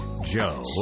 Joe